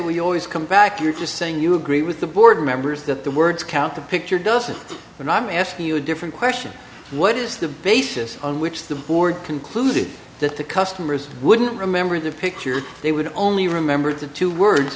we always come back you're just saying you agree with the board members that the words count the picture doesn't and i'm asking you a different question what is the basis on which the board concluded that the customers wouldn't remember the picture they would only remember the two words